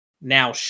now